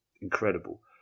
incredible